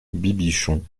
bibichon